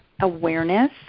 awareness